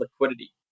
liquidity